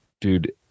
dude